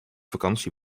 vakantie